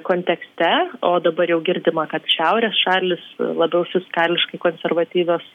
kontekste o dabar jau girdima kad šiaurės šalys labiau fiskališkai konservatyvios